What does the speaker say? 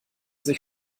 sich